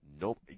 nope